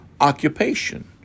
occupation